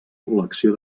col·lecció